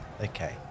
Okay